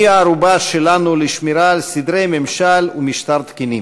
היא הערובה שלנו לשמירה על סדרי ממשל ומשטר תקינים.